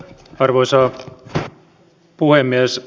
arvoisa puhemies